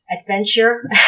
adventure